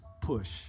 push